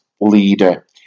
leader